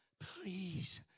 please